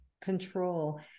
control